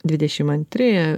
dvidešim antri